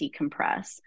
decompress